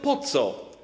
Po co?